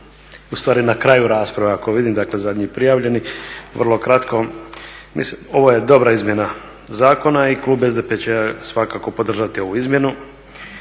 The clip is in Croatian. ustvari na kraju rasprave ako vidim dakle zadnji prijavljeni, vrlo kratko. Ovo je dobra izmjena zakona i klub SDP-a će svakako podržati ovu izmjenu.